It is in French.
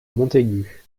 montaigu